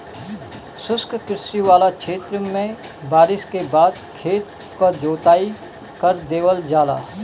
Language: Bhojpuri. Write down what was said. शुष्क कृषि वाला क्षेत्र में बारिस के बाद खेत क जोताई कर देवल जाला